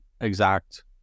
exact